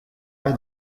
pas